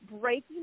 breaking